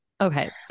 Okay